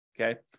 Okay